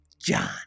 John